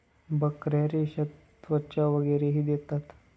बकऱ्या रेशा, त्वचा वगैरेही देतात